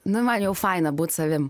nu man jau faina būt savim